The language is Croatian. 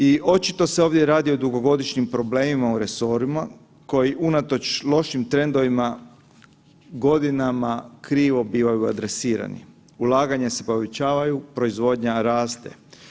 I očito se ovdje radi o dugogodišnjim problemima u resorima koji unatoč lošim trendovima godinama krivo bivaju adresirani, ulaganja se povećavaju, proizvodnja raste.